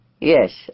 yes